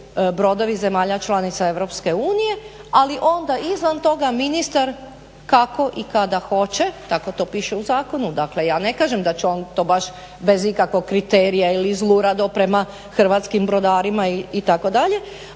brodovi zemalja članica EU ali onda izvan toga ministar kako i kada hoće, tako to piše u zakonu ja ne kažem da će on to baš ikakvog kriterija ili zlurado prema hrvatskim brodarima itd., ali